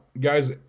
guys